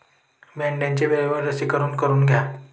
मेंढ्यांचे वेळेवर लसीकरण करून घ्या